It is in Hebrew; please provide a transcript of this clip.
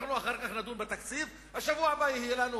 אחר כך אנחנו נדון בתקציב, בשבוע הבא יהיו לנו